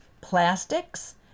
plastics